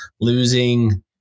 losing